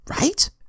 right